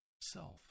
self